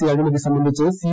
C അഴിമതി സംബന്ധിച്ച് C